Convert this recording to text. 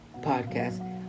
podcast